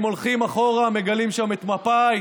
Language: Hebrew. אם הולכים אחורה, מגלים שם את מפא"י